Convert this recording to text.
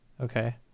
Okay